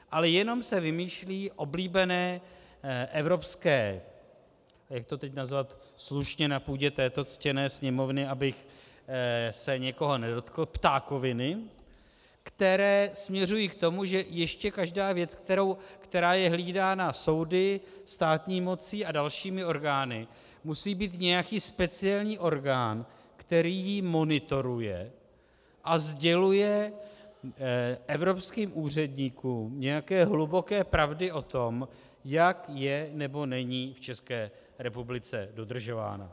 Ale jenom se vymýšlí oblíbené evropské jak to teď nazvat slušně na půdě této ctěné Sněmovny, abych se někoho nedotkl ptákoviny, které směřují k tomu, že ještě každá věc, která je hlídána soudy, státní mocí a dalšími orgány musí mít nějaký speciální orgán, který ji monitoruje a sděluje evropským úředníkům nějaké hluboké pravdy o tom, jak je, nebo není v České republice dodržována.